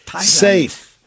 safe